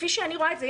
כפי שאני רואה את זה,